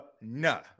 nah